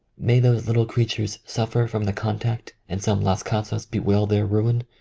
may those little crea tures suffer from the contact and some las casas bewail their ruin!